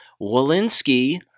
Walensky